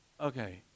okay